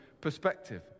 perspective